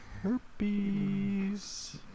Herpes